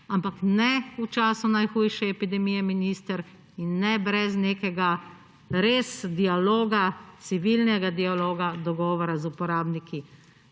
ampak ne v času najhujše epidemije, minister, in ne brez nekega res dialoga, civilnega dialoga, dogovora z uporabniki,